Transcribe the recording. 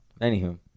anywho